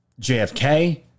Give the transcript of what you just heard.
JFK